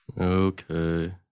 okay